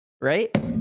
right